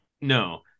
no